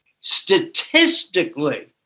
statistically